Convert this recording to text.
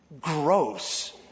gross